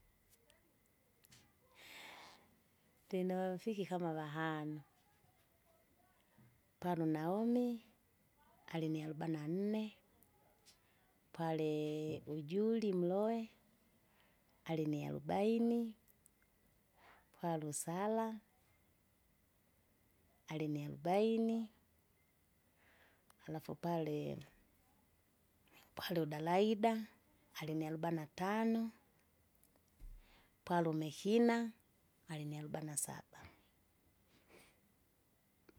ndino urafiki kama vahano, pana Unaumi alini arobena nne, palii Ujuli Mlowe, alini arobaini, pwali Usala, alini arobaini, alafu pali- pali Udalaida alini arubena tano, pali Umehila alini arubena saba.